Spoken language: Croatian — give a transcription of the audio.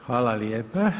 Hvala lijepa.